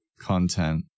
content